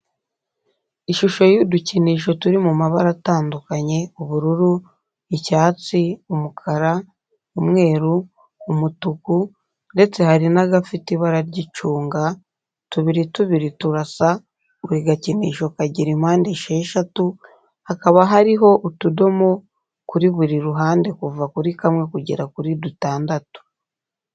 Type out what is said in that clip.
Ishusho y'udukinisho turi mu mabara atandukanye ubururu, icyatsi, umukara, umweru, umutuku ndetse hari n'agafite ibara ry'icunga, tubiri tubiri turasa, buri gakinisho kagira impande esheshatu, hakaba hariho utudomo kuri biri ruhande kuva kuri kamwe kugera kuri dutandatu.